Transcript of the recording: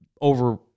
over